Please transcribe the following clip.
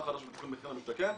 'מחיר למשתכן',